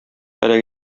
һәлак